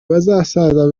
basaza